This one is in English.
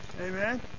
Amen